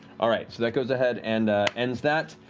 all right. so that goes ahead and ends that.